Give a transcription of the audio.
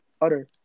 utter